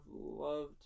loved